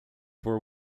were